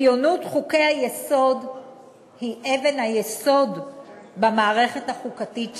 עליונות חוקי-היסוד היא אבן היסוד במערכת החוקתית שלנו,